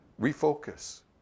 refocus